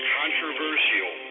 controversial